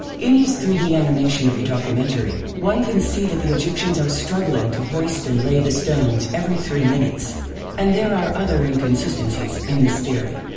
in his three d animation of the documentary, one can see that the egyptians are struggling to hoist and lay the stones every three minutes and there are other inconsistencies in this theory.